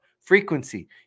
Frequency